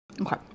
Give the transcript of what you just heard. Okay